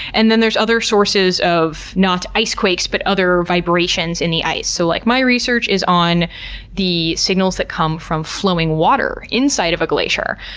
and then there's other sources of, not ice quakes, but other vibrations in the ice. so like my research is on the signals that come from flowing water inside of a glacier.